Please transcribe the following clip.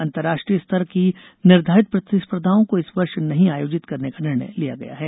अंतर्राष्ट्रीय स्तर की निर्धारित प्रतिस्पर्धाओं को इस वर्ष नहीं आयोजित करने का निर्णय लिया गया है